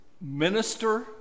minister